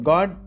God